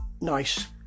nice